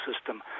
system